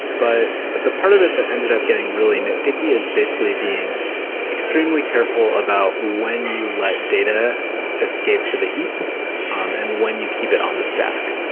but the part of it that ended up getting really nitpicky is basically being extremely careful about when you let data escape to the heap um and when you keep it on the stack.